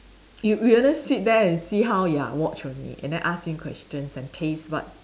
you you only sit there and see how ya watch only and then ask him questions and taste what